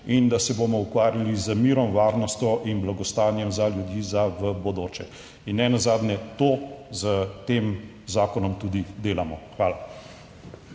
in da se bomo ukvarjali z mirom, varnostjo in blagostanjem za ljudi. V bodoče in nenazadnje to s tem zakonom tudi delamo. Hvala.